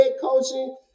coaching